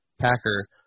Packer